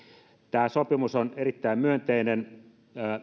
tämä sopimus on erittäin myönteinen